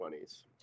20s